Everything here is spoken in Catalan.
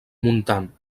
montant